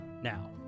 Now